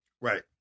Right